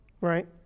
Right